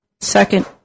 second